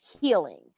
healing